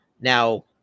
Now